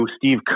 Steve